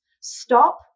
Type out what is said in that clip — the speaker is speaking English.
stop